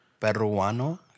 Peruano